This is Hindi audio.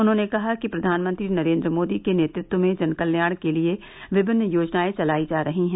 उन्होंने कहा कि प्रधानमंत्री नरेंद्र मोदी के नेतृत्व में जन कल्याण के लिए विभिन्न योजनाएं चलायी जा रही हैं